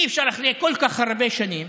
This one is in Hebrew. אי-אפשר אחרי כל כך הרבה שנים,